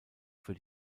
für